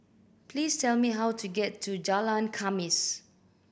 please tell me how to get to Jalan Khamis